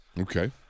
Okay